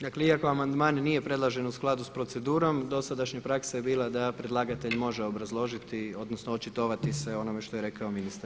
Dakle, iako amandman nije predložen u skladu s procedurom, dosadašnja je praksa bila da predlagatelj može obrazložiti odnosno očitovati se o onome što je rekao ministar.